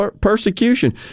persecution